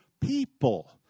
people